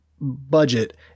budget